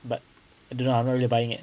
but I don't know ah not really buying it